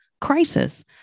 crisis